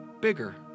Bigger